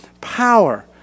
power